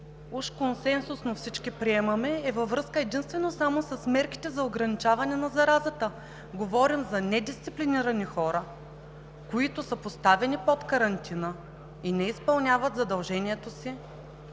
уж консенсусно всички приемаме, е във връзка единствено и само с мерките за ограничаване на заразата. Говорим за недисциплинирани хора, които са поставени под карантина и не изпълняват задължението си